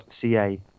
ca